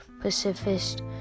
pacifist